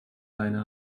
leine